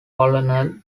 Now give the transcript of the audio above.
colonel